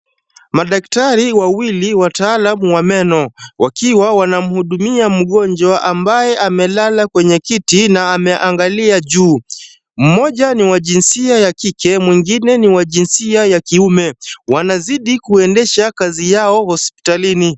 Madaktari wawili watalaamu wa meno wakiwa wanamhudumia mgonjwa ambaye amelala kwenye kiti na ameangalia juu. Mmoja ni wa jinsia ya kike mwengine ni wa jinsia ya kiume. Wanazidi kuendesha kazi yao hospitalini.